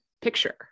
picture